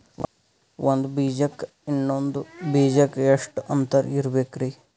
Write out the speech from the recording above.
ಒಂದ್ ಬೀಜಕ್ಕ ಇನ್ನೊಂದು ಬೀಜಕ್ಕ ಎಷ್ಟ್ ಅಂತರ ಇರಬೇಕ್ರಿ?